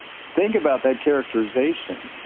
think about that characterisation.